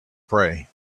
pray